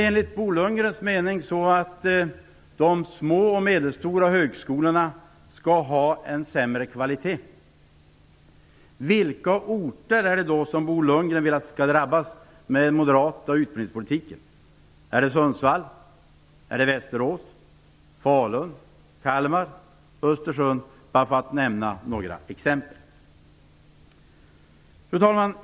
Menar Bo Lundgren att de små och medelstora högskolorna skall ha en sämre kvalitet? Vilka orter är det då som Bo Lundgren vill skall drabbas av den moderata utbildningspolitiken? Är det - för att ge några exempel - Sundsvall, Västerås, Falun, Kalmar eller Östersund? Fru talman!